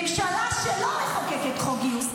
ממשלה שלא מחוקקת חוק גיוס,